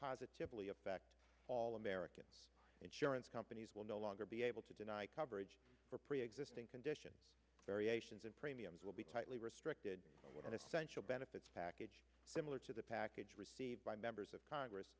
positively affect all american insurance companies will no longer be able to deny coverage for preexisting condition variations and premiums will be tightly restricted one essential benefits package similar to the package received by members of congress